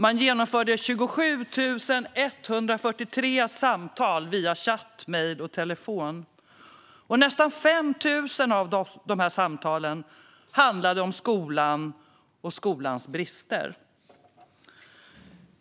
Man genomförde under året 27 143 samtal via chatt, mejl och telefon. Nästan 5 000 av dessa samtal handlade om skolan och skolans brister.